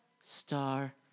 star